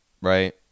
right